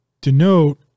denote